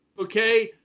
okay?